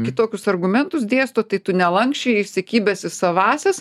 kitokius argumentus dėsto tai tu nelanksčiai įsikibęs į savąsias